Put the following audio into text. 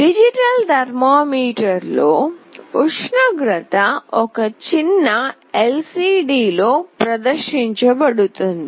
digital థర్మామీటర్లో ఉష్ణోగ్రత ఒక చిన్న LCD లో ప్రదర్శించబడుతుంది